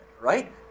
right